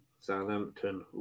Southampton